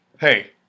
Hey